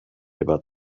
about